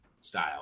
style